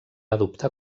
adoptar